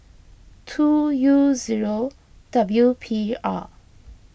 two U zero W P R